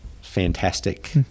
fantastic